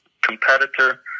competitor